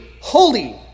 holy